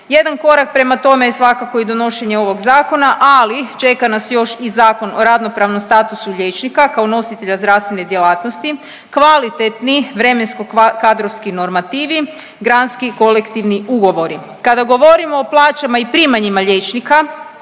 Jedan korak prema tome je svakako i donošenje ovog zakona, ali čeka nas još i Zakon o radno pravnom statusu liječnika kao nositelja zdravstvene djelatnosti, kvalitetni vremensko-kadrovski normativi, granski i kolektivni ugovori. Kada govorimo o plaćama i primanjima liječnika